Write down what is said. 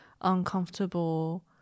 uncomfortable